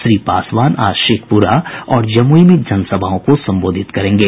श्री पासवान आज शेखपुरा और जमुई में जनसभाओं को संबोधित करेंगे